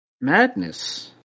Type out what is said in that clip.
madness